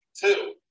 two